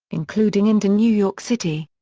including into new york city.